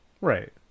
Right